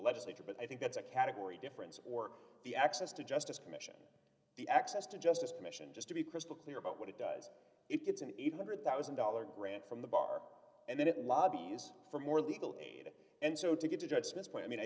legislature but i think that's a category difference or the access to justice commission the access to justice commission just to be crystal clear about what it does it gets an eight hundred thousand dollars grant from the bar and then it lobbies for more legal aid and so to get to dr smith's point i mean i